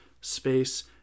space